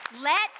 Let